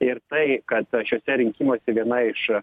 ir tai kad šiuose rinkimuose viena iš